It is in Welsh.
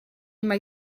mai